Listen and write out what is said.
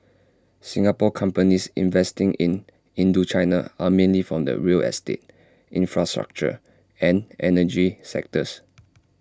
Singapore companies investing in Indochina are mainly from the real estate infrastructure and energy sectors